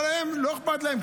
אבל הם, לא אכפת להם.